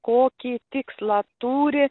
kokį tikslą turi